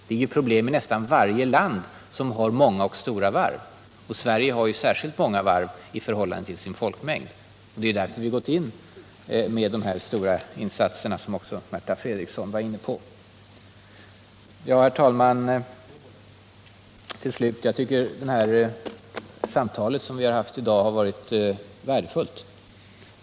Det är ju problem i nästan varje land som har många och stora varv. Sverige har särskilt många varv i förhållande till folkmängden, och det är därför som vi har gjort de här stora insatserna, något som också Märta Fredrikson var inne på. Sedan vill jag säga att jag tycker att det samtal som vi har haft i dag har varit värdefullt.